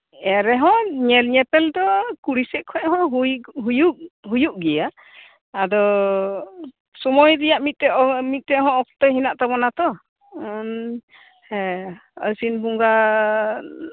ᱮᱱ ᱨᱮᱦᱚᱸ ᱧᱮᱞ ᱧᱮᱯᱮᱞ ᱠᱩᱲᱤ ᱥᱮᱡ ᱠᱷᱚᱱ ᱦᱚᱸ ᱦᱩᱭᱩᱜ ᱦᱩᱭᱩᱜ ᱜᱮᱭᱟ ᱟᱫᱚ ᱥᱩᱢᱚᱭ ᱨᱮᱭᱟᱜ ᱢᱤᱜᱴᱮᱡ ᱦᱚᱸ ᱚᱠᱛᱮ ᱦᱮᱱᱟᱜ ᱛᱟᱵᱚᱱᱟ ᱛᱚ ᱟᱥᱤᱱ ᱵᱚᱸᱜᱟ